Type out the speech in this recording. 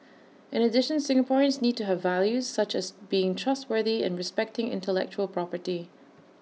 in addition Singaporeans need to have values such as being trustworthy and respecting intellectual property